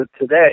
today